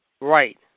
Right